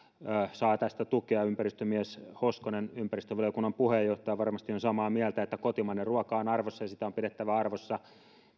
saa tässä tukea ympäristömies hoskonen ympäristövaliokunnan puheenjohtaja varmasti on samaa mieltä että kotimainen ruoka on arvossa ja sitä on pidettävä arvossa